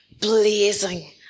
blazing